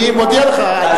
אני מודיע לך.